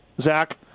Zach